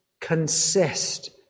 consist